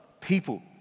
people